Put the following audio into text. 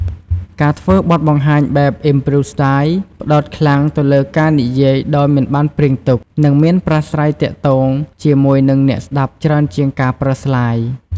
ការធ្វើបទបង្ហាញបែប improv-style ផ្តោតខ្លាំងទៅលើការនិយាយដោយមិនបានព្រៀងទុក និងមានប្រាស័យទាក់ទងជាមួយនឹងអ្នកស្ដាប់ច្រើនជាងការប្រើស្លាយ។